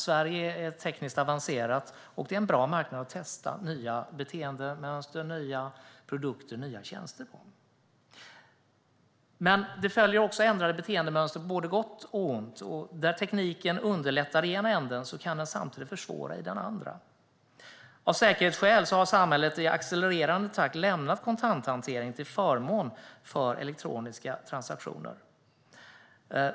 Sverige är tekniskt avancerat, och det är en bra marknad att testa nya beteendemönster, produkter och tjänster på. Men med ändrade beteendemönster följer både gott och ont. Där tekniken underlättar i ena änden kan den samtidigt försvåra i den andra. Av säkerhetsskäl har samhället i accelererande takt lämnat kontanthantering till förmån för elektroniska transaktioner.